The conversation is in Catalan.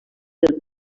del